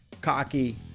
cocky